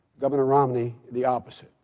governor romney, the opposite.